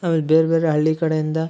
ಆಮೇಲೆ ಬೇರ್ಬೇರೆ ಹಳ್ಳಿ ಕಡೆಯಿಂದ